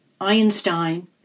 Einstein